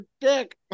dick